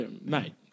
mate